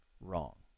wrong